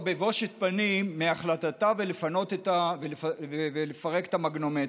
בבושת פנים מהחלטתה ולפרק את המגנומטרים,